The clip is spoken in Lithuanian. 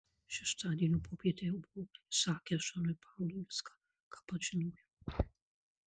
šeštadienio popietę jau buvau išsakęs džonui paului viską ką pats žinojau